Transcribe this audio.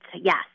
Yes